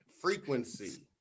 frequency